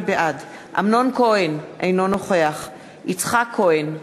בעד אמנון כהן, אינו נוכח יצחק כהן,